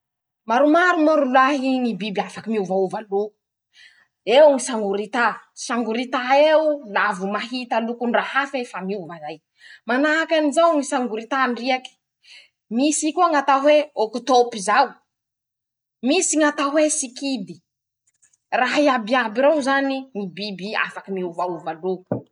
Maromaro moa rolahy ñy biby afaky miovaova loko: Eo ñy sangorità, sangorità eo o laha voho mahita lokon-draha haf'ey i fa miova zay ;manahaky anizao ñy sangoiritàn-driaky. misy koa ñ'atao hoe ôkitôpy zao. misy ñ'atao hoe sikidy ;raha iabiaby reo zany ñy biby afaky miovaova loko.